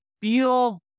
feel